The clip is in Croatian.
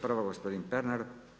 Prva gospodin Pernar.